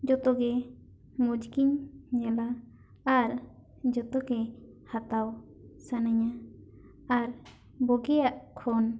ᱡᱚᱛᱚ ᱜᱮ ᱢᱚᱡᱽ ᱜᱮᱧ ᱧᱮᱞᱟ ᱟᱨ ᱡᱚᱛᱚ ᱜᱮ ᱦᱟᱛᱟᱣ ᱥᱟᱱᱟᱹᱧᱟ ᱟᱨ ᱵᱚᱜᱮᱭᱟᱜ ᱠᱷᱚᱱ